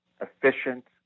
efficient